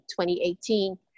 2018